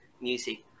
music